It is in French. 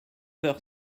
heures